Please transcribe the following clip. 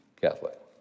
Catholic